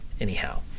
anyhow